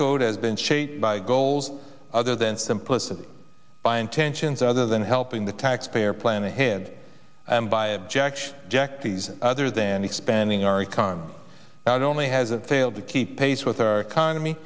code has been shaped by goals other than simplicity by intentions other than helping the taxpayer plan ahead by objection jack these other than expanding our economy not only has a failed to keep pace with our economy